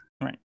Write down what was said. Right